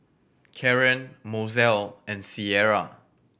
Karon Mozell and Sierra